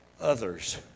others